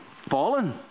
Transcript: fallen